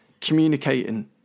communicating